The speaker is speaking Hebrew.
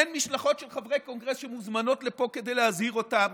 אין משלחות של חברי קונגרס שמוזמנות לפה כדי להזהיר אותם